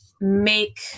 make